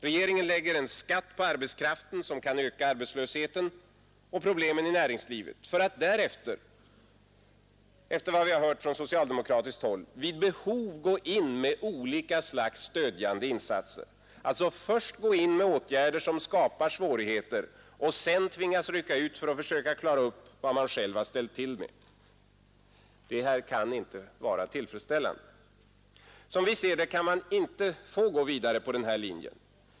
Regeringen lägger en skatt på arbetskraften som kan öka arbetslösheten och problemen i näringslivet för att därefter — enligt vad vi hört från socialdemokratiskt håll — vid behov gå in med olika slags stödjande insatser. Först alltså gå in med åtgärder som skapar svårigheter och sedan tvingas rycka ut för att försöka klara upp vad man själv ställt till med. Det kan inte vara tillfredsställande. Som vi ser det kan man inte gå vidare längs den här linjen.